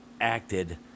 acted